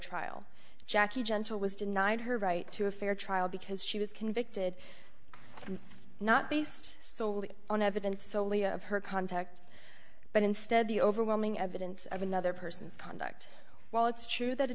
trial jackie gentle was denied her right to a fair trial because she was convicted not based solely on evidence soley of her contact but instead the overwhelming evidence of another person's conduct while it's true that a